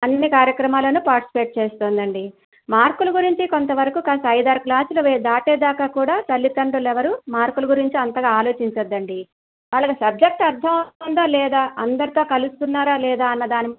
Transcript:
అన్ని కార్యక్రమాలలో పార్టిసిపేట్ చేస్తుందండి మార్కులు గురించి కొంత వరకు కాస్త అయిదారు క్లాసులు దాటే దాకా కూడా తల్లిదండ్రులు ఎవరు మార్కుల గురించి ఆలోచించొద్దండి వాళ్ళకి సబ్జెక్ట్ అర్థమవుతుందా లేదా అందరితో కలుస్తున్నారా లేదా అన్న దానిమీదే